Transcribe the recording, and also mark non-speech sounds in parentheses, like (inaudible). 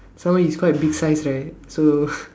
so he's quite big size right so (laughs)